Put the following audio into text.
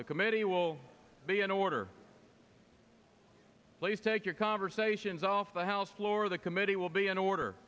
the committee will be in order please take your conversations off the house floor the committee will be in order